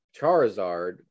charizard